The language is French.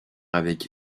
avec